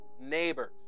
Neighbors